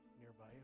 nearby